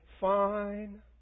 fine